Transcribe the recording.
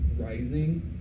Rising